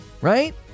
right